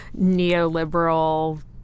neoliberal